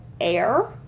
air